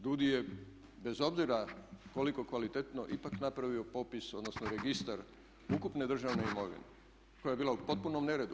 DUUDI je bez obzira koliko kvalitetno ipak napravio popis, odnosno registar ukupne državne imovine koja je bila u potpunom neredu.